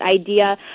idea